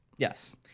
Yes